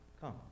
Come